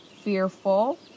fearful